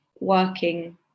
working